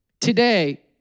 Today